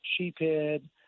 sheephead